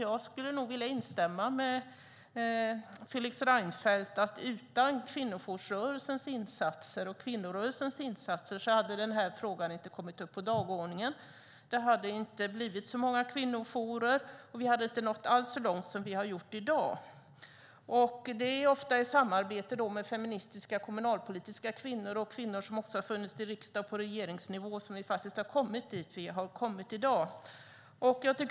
Jag instämmer i det Fredrik Reinfeldt sade: Utan kvinnorörelsens och kvinnojoursrörelsens insatser hade denna fråga inte kommit upp på dagordningen. Det hade inte blivit lika många kvinnojourer, och vi hade inte nått så långt som vi har gjort i dag. Det är mycket tack vare samarbete med feministiska politiker i kommuner, riksdag och regering som vi har kommit dit där vi är i dag.